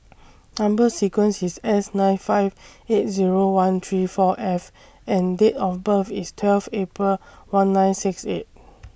Number sequence IS S nine five eight Zero one three four F and Date of birth IS twelve April one nine six eight